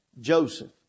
Joseph